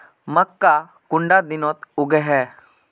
मक्का कुंडा दिनोत उगैहे?